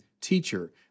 Teacher